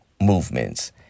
movements